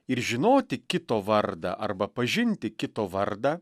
ir žinoti kito vardą arba pažinti kito vardą